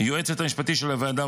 ליועצת המשפטית של הוועדה,